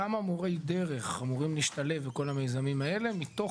כמה מורי דרך אמורים להשתלב בכל המיזמים האלה מתוך